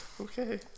Okay